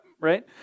right